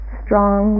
strong